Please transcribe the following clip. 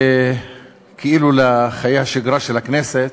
כאילו לחיי השגרה של הכנסת,